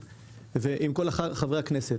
ועם כל אחד מחברי הכנסת.